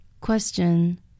Question